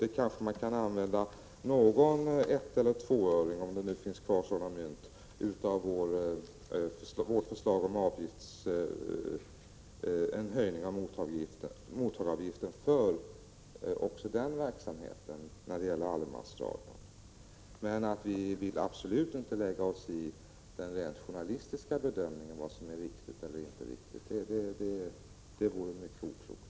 Man kanske kan använda någon etteller tvåöring — om sådana mynt finns kvar — av det belopp som vi föreslår att mottagaravgiften skall höjas med. Men vi vill absolut inte lägga oss i den journalistiska bedömningen, vad som är viktigt eller inte viktigt. Det vore mycket oklokt.